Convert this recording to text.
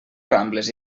rambles